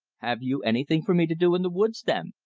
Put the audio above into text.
have you anything for me to do in the woods, then?